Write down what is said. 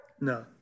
No